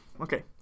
okay